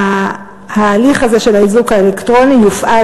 ההליך הזה של האיזוק האלקטרוני יופעל